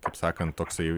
taip sakant toksai